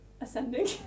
ascending